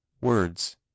words